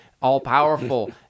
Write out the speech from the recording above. all-powerful